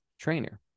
trainer